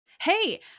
Hey